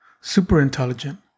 super-intelligent